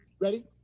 Ready